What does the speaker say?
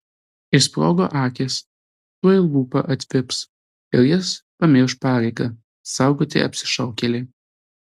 išsprogo akys tuoj lūpa atvips ir jis pamirš pareigą saugoti apsišaukėlį